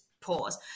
pause